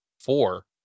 four